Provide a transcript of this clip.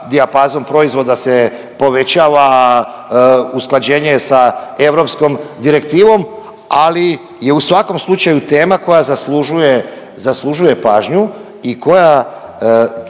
Dijapazon proizvoda se povećava, usklađenje je sa europskom direktivom, ali je u svakom slučaju tema koja zaslužuje, zaslužuje